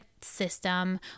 system